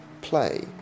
play